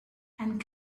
and